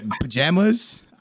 Pajamas